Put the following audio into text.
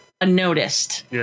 unnoticed